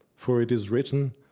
for it is written